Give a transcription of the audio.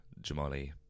Jamali